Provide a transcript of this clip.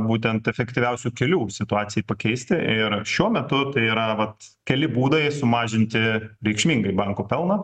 būtent efektyviausių kelių situacijai pakeisti ir šiuo metu tai yra vat keli būdai sumažinti reikšmingai bankų pelną